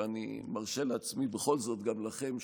ואני מרשה לעצמי בכל זאת לאחל גם לכם,